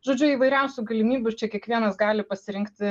žodžiu įvairiausių galimybių čia kiekvienas gali pasirinkti